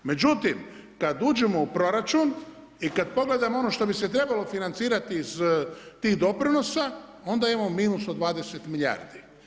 Međutim, kad uđemo u proračun i kad pogledamo ono što bi se trebalo financirati iz tih doprinosa, onda imamo minus od 20 milijardi.